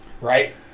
Right